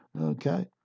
Okay